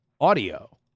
audio